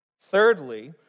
Thirdly